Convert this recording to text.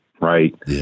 right